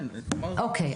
כן, אמרתי.